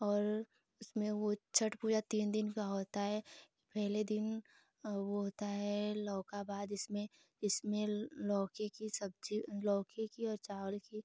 और उसमें वह छठ पूजा तीन दिन की होती है पहले दिन वह होता है लौका बाज़ इसमें इसमें लौकी की सब्ज़ी लौकी की और चावल की